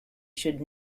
should